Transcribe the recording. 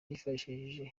yifashishije